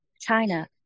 China